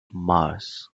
mars